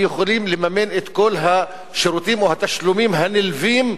לממן את כל השירותים או התשלומים הנלווים,